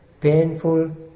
painful